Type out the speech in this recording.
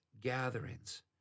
gatherings